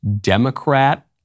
Democrat